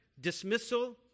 dismissal